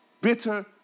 Bitter